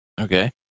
Okay